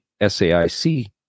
SAIC